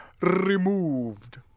removed